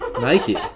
Nike